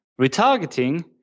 retargeting